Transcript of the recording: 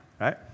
Right